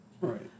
Right